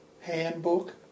handbook